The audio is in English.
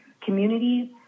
communities